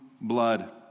blood